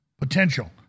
potential